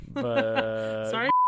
Sorry